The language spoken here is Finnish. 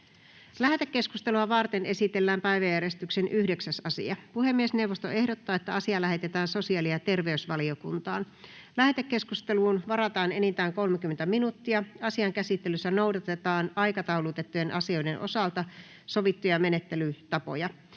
Lähetekeskustelua varten esitellään päiväjärjestyksen 8. asia. Puhemiesneuvosto ehdottaa, että asia lähetetään sosiaali- ja terveysvaliokuntaan. Lähetekeskusteluun varataan enintään 30 minuuttia. Asian käsittelyssä noudatetaan aikataulutettujen asioiden osalta sovittuja menettelytapoja.